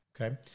Okay